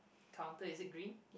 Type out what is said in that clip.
counter is it green